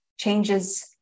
changes